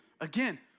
Again